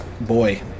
Boy